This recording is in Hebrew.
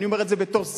אני אומר את זה בתור שר.